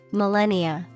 millennia